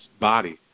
body